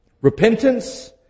repentance